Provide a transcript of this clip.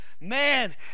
man